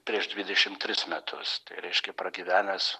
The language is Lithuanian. prieš dvidešimt tris metus tai reiškia pragyvenęs